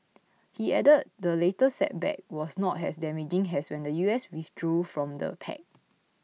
he added the latest setback was not as damaging as when the U S withdrew from the pact